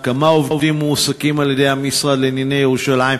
3. כמה עובדים מועסקים על-ידי המשרד לענייני ירושלים?